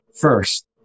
first